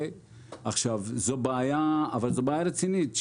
אבל זו בעיה רצינית,